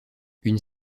une